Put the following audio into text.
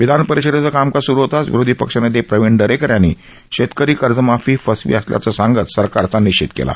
विधानपरिषदेचे कामकाज सुरु होताच विरोधी पक्षनेते प्रवीण दरेकर यांनी शेतकरी कर्जमाफी फसवी असल्याचं सांगत त्यांनी सरकारचा निषेध केला